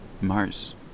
Mars